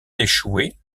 échoué